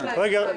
הצבעה